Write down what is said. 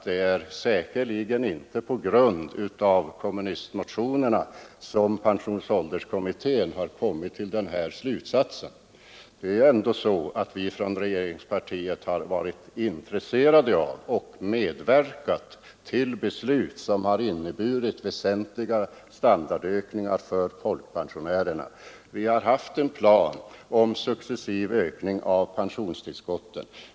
Det är säkerligen inte på grund av kommunistmotionerna som pensionsålderskommittén kommit till det här förslaget utan genom omtanke om pensionärerna. Vi från regeringspartiet har varit intresserade av och även tagit initiativ till beslut, som inneburit väsentliga standardökningar för folkpensionärerna. Vi har haft en plan om successiv ökning av pensionstillskotten.